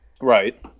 Right